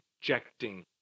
rejecting